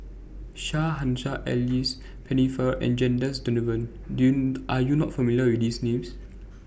Shah Hussain Alice Pennefather and Janadas Devan Are YOU not familiar with These Names